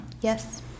yes